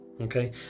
Okay